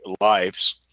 lives